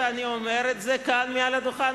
אני מאמין בזה ואני אומר את זה כאן מעל הדוכן.